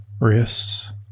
wrists